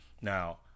now